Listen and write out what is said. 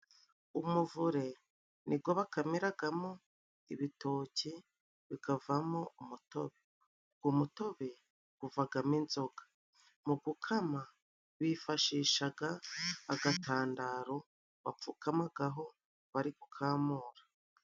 Umuvure ni gwo bakamiragamo ibitoke bikavamo umutobe, umutobe guvagamo inzoga, mu gukama bifashishaga agatandaro bapfukamagaho bari gukamura.